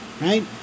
Right